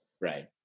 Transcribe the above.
Right